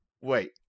wait